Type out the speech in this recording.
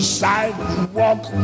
sidewalk